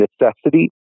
necessity